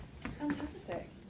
Fantastic